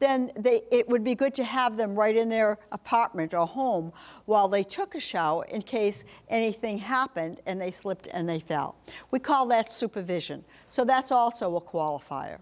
then they it would be good to have them right in their apartment or home while they took a shower in case anything happened and they slipped and they fell we call that supervision so that's also a qualifier